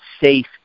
safe